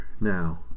now